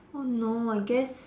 oh no I guess